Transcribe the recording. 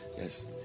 Yes